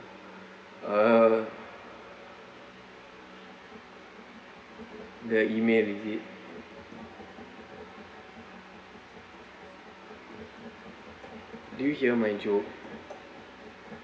uh the email is it do you hear my joke